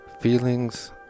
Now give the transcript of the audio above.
Feelings